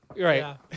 right